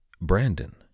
Brandon